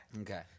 Okay